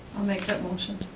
i'll make that motion.